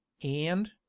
and,